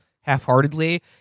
half-heartedly